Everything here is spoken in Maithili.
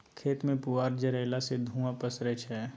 खेत मे पुआर जरएला सँ धुंआ पसरय छै